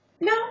No